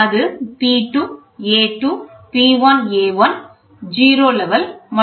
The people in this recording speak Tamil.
அது P2 A2 P1 A1 0 level மற்றும் d ஆகும்